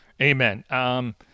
Amen